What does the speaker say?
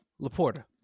Laporta